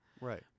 Right